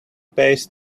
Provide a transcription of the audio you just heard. pays